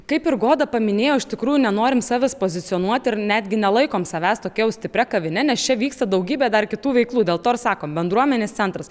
kaip ir goda paminėjo iš tikrųjų nenorim savęs pozicionuot ir netgi nelaikom savęs tokia stipria kavine nes čia vyksta daugybė dar kitų veiklų dėl to ir sakome bendruomenės centras